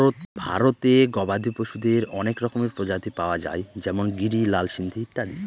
ভারতে গবাদি পশুদের অনেক রকমের প্রজাতি পাওয়া যায় যেমন গিরি, লাল সিন্ধি ইত্যাদি